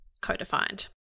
co-defined